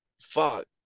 fuck